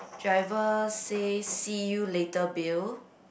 driver says see you later Bill